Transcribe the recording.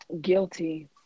guilty